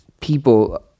people